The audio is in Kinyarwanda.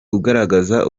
ugaragaza